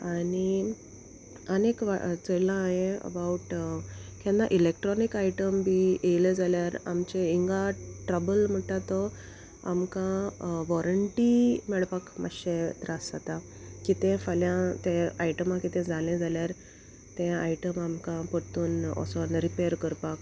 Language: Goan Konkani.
आनी आनीक चोयलां हांवें अबावट केन्ना इलेक्ट्रोनीक आयटम बी येयले जाल्यार आमचे इंगा ट्राबल म्हणटा तो आमकां वॉरंटी मेळपाक मातशे त्रास जाता कितें फाल्यां तें आयटमा कितें जालें जाल्यार तें आयटम आमकां परतून असोन रिपेर करपाक